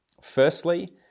Firstly